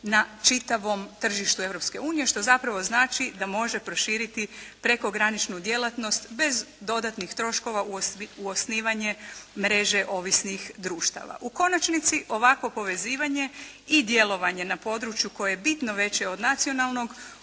na čitavom tržištu Europske unije što zapravo znači da može proširiti prekograničnu djelatnost bez dodatnih troškova u osnivanje mreže ovisnih društava. U konačnici ovakvo povezivanje i djelovanje na području koje je bitno veće od nacionalnog